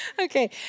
Okay